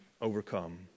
overcome